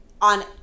on